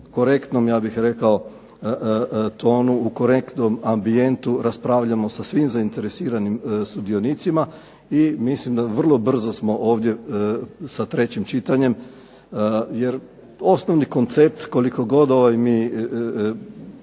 korektnom, ja bih rekao, tonu, u korektnom ambijentu raspravljamo sa svim zainteresirani sudionicima i mislim da vrlo brzo smo ovdje sa trećim čitanjem. Jer osnovni koncept, koliko god mi